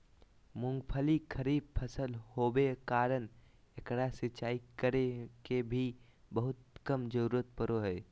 मूंगफली खरीफ फसल होबे कारण एकरा सिंचाई करे के भी बहुत कम जरूरत पड़ो हइ